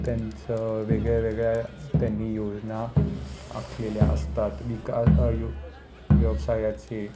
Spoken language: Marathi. त्यांचं वेगळ्यावेगळ्या त्यांनी योजना आखलेल्या असतात विकास योजना व्यवसायाचे